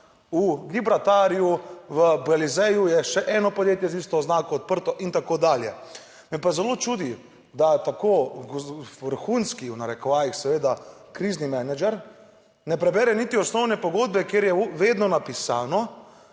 v Gibraltarju v Belizeju je še eno podjetje z isto oznako odprto in tako dalje. Me pa zelo čudi, da tako vrhunski, v narekovajih, seveda krizni menedžer ne prebere niti osnovne pogodbe, kjer je vedno napisano,